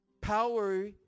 Power